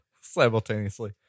simultaneously